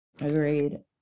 Agreed